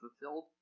fulfilled